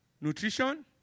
Nutrition